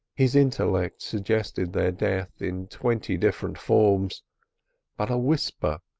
his intellect suggested their death in twenty different forms but a whisper,